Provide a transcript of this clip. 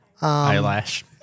Eyelash